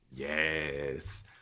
Yes